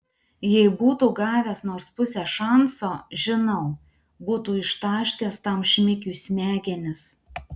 jei būtų gavęs nors pusę šanso žinau būtų ištaškęs tam šmikiui smegenis